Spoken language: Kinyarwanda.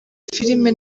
filime